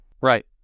right